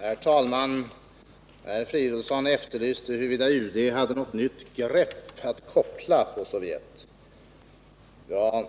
Herr talman! Herr Fridolfsson ifrågasatte huruvida UD hade något nytt grepp att koppla på Sovjet. Jag